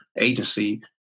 agency